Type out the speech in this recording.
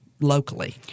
Locally